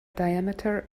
diameter